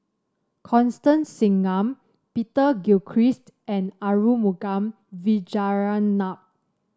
Constance Singam Peter Gilchrist and Arumugam Vijiaratnam